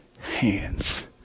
hands